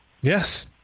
Yes